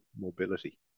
mobility